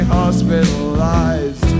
hospitalized